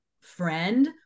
friend